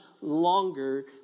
longer